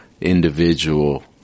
individual